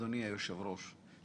אדוני היושב-ראש,